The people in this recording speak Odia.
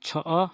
ଛଅ